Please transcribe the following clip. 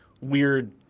weird